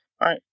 right